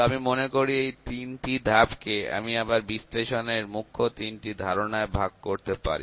তো আমি মনে করি এই তিনটি ধাপ কে আমি আবার বিশ্লেষণের মুখ্য তিনটি ধারণায় ভাগ করতে পারি